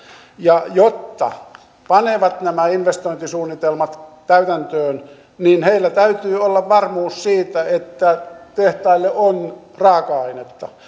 ja jotta panevat nämä investointisuunnitelmat täytäntöön niin heillä täytyy olla varmuus siitä että tehtaille on raaka ainetta